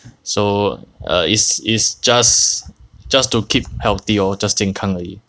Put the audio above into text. so err is is just just to keep healthy lor just 健康而已